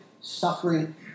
suffering